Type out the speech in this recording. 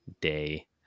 day